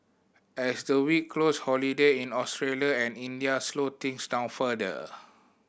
as the week closed holiday in Australia and India slowed things down further